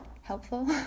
helpful